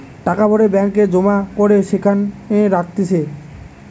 টাকা ভরে ব্যাঙ্ক এ জমা করে যেখানে রাখতিছে